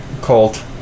colt